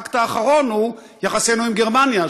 האקט האחרון הוא יחסינו עם גרמניה,